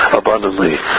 abundantly